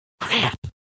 Crap